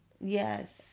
Yes